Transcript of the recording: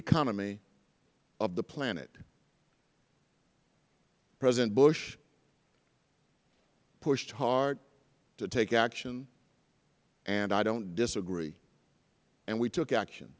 economy of the planet president bush pushed hard to take action and i don't disagree and we took action